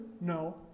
No